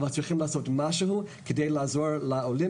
אבל צריכים לעשות משהו כדי לעזור לעולים